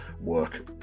work